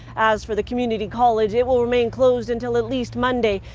as for the community college, it will remain closed until at least monday,